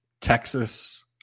Texas